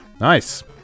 Nice